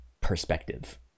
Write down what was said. perspective